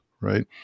Right